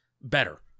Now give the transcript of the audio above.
better